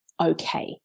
okay